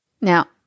Now